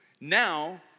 Now